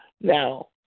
now